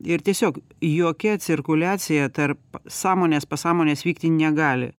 ir tiesiog jokia cirkuliacija tarp sąmonės pasąmonės vykti negali